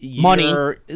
Money